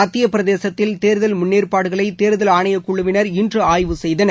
மத்திய பிரதேசத்தில் தேர்தல் முன்னேற்பாடுகளை தேர்தல் ஆணையக் குழுவினர் இன்று ஆய்வு செய்தனர்